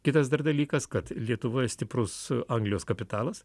kitas dar dalykas kad lietuvoje stiprus anglijos kapitalas